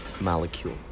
molecule